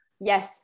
Yes